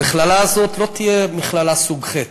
המכללה הזאת לא תהיה מכללה סוג ח'.